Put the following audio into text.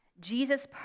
Jesus